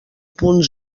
punt